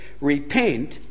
repent